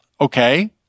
okay